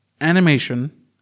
Animation